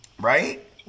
Right